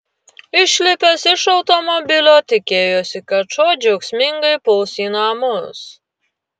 išlipęs iš automobilio tikėjosi kad šuo džiaugsmingai puls į namus